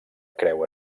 creu